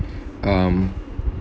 um